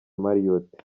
marriot